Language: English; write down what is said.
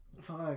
Fuck